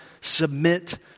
submit